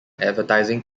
advertising